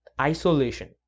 isolation